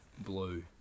blue